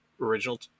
original